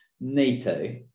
NATO